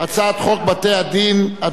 נציגי הכנסת בוועדת המינויים).